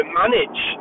manage